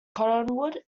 cottonwood